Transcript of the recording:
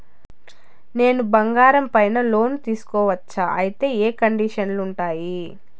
నేను బంగారం పైన లోను తీసుకోవచ్చా? అయితే ఏ కండిషన్లు ఉంటాయి?